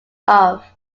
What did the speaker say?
off